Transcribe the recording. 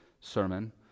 sermon